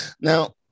Now